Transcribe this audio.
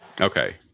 Okay